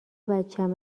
بچم